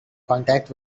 contact